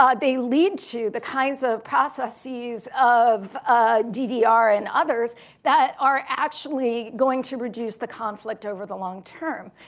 um they lead to the kinds of processes of ddr and others that are actually going to reduce the conflict over the long term.